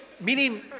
Meaning